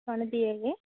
தொண்ணூற்றி ஏழு